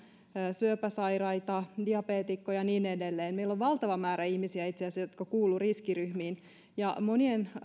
syöpäsairaita diabeetikkoja ja niin edelleen meillä on itse asiassa valtava määrä ihmisiä jotka kuuluvat riskiryhmiin ja monien